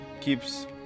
keeps